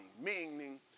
Meaning